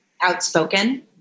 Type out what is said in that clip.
outspoken